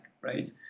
right